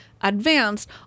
advanced